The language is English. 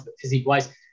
physique-wise